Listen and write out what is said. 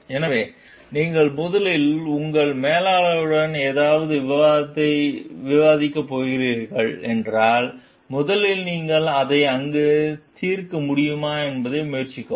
எனவே நீங்கள் முதலில் உங்கள் மேலாளருடன் ஏதாவது விவாதிக்கப் போகிறீர்கள் என்றால் முதலில் நீங்கள் அதை அங்கு தீர்க்க முடியுமா என்பதை முயற்சிக்கவும்